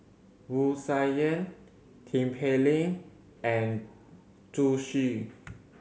Wu Tsai Yen Tin Pei Ling and Zhu Xu